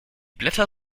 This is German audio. blätter